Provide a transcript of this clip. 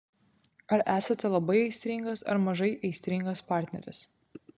ar esate labai aistringas ar mažai aistringas partneris